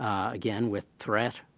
um again with threat.